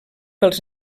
pels